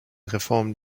reform